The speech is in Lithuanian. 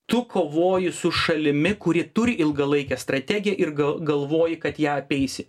tu kovoji su šalimi kuri turi ilgalaikę strategiją ir ga galvoji kad ją apeisi